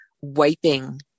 wiping